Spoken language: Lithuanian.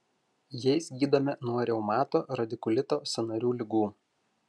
jais gydome nuo reumato radikulito sąnarių ligų